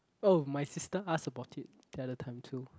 oh my sister ask about it the other time too